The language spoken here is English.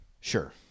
Sure